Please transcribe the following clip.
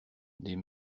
des